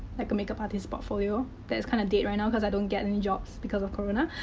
like a makeup artist's portfolio that is kind of dead right now, because i don't get any jobs. because of corona.